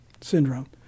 syndrome